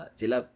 sila